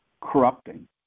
corrupting